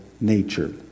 nature